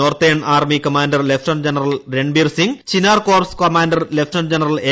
northern army commander lieutenant general Ranbir Singh Chinar corps commander lieutenant general A